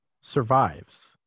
survives